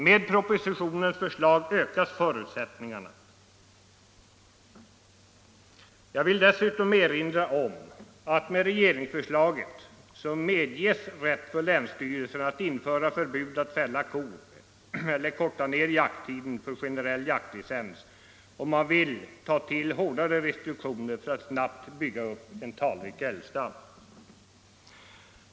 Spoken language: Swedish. Med propositionens förslag ökas förutsättningarna för en gynnsam utveckling. Jag vill erinra om att regeringsförslaget medger rätt för länsstyrelserna att införa förbud mot att fälla ko eller korta ner jakttiden för generell jaktlicens, om man vill ta till hårdare restriktioner för att snabbt bygga upp en talrik älgstam.